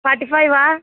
forty ఫైవా